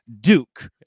Duke